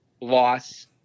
loss